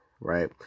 right